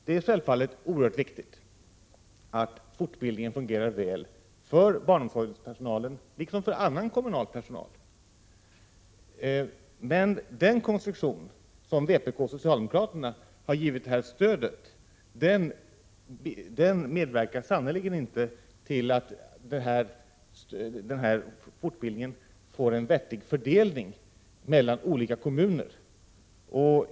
Det är självfallet oerhört viktigt att fortbildningen fungerar för barnomsorgspersonalen liksom för annan kommunal personal, men den konstruktion som vpk och socialdemokraterna har givit detta stöd medverkar sannerligen inte till att fortbildningen får en vettig fördelning mellan olika kommuner.